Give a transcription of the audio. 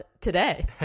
today